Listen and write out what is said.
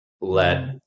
let